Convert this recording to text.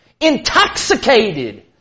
intoxicated